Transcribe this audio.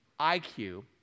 IQ